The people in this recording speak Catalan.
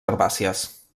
herbàcies